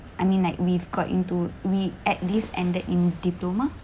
I mean like we've got into we at least ended in diploma